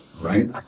right